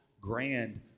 grand